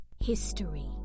history